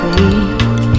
weak